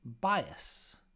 bias